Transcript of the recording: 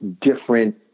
different